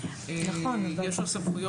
יש לו סמכויות.